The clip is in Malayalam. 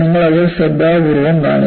നിങ്ങൾ അത് ശ്രദ്ധാപൂർവ്വം കാണുക